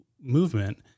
movement